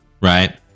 right